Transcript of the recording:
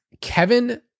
Kevin